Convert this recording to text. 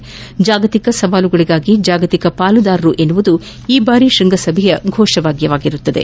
ಜಾಗತಿಕ ಸವಾಲುಗಳಿಗಾಗಿ ಜಾಗತಿಕ ಪಾಲುದಾರರು ಎಂಬುದು ಈ ಬಾರಿಯ ಶ್ವಂಗಸಭೆಯ ಘೋಷವಾಕ್ಲವಾಗಿದೆ